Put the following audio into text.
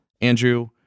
Andrew